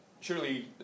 surely